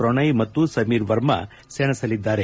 ಪ್ರಷೊಯ್ ಮತ್ತು ಸಮೀರ್ ವರ್ಮ ಸೆಣಸಲಿದ್ದಾರೆ